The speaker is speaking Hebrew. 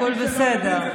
הכול בסדר.